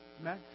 Amen